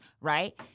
right